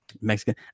Mexican